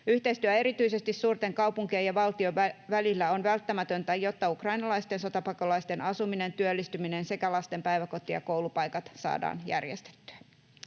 Yhteistyö erityisesti suurten kaupunkien ja valtion välillä on välttämätöntä, jotta ukrainalaisten sotapakolaisten asuminen ja työllistyminen sekä lasten päiväkoti- ja koulupaikat saadaan järjestettyä.